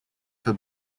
for